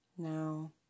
Now